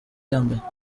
yambaye